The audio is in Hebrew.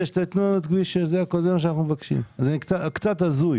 זה קצת הזוי.